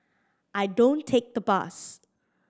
I don't take the bus